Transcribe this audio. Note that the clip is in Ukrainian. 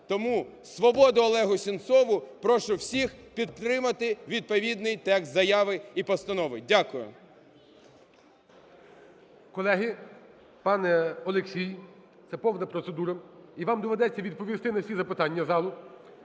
Тому свободу Олегу Сенцову! Прошу всіх підтримати відповідний текст заяви і постанови. Дякую. ГОЛОВУЮЧИЙ. Колеги! Пане Олексій, це повна процедура, і вам доведеться відповісти на ці запитання залу.